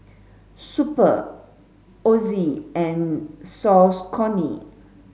Super Ozi and Saucony